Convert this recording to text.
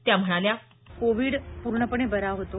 त्या म्हणाल्या कोविड पूर्णपणे बरा होतो